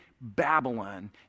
Babylon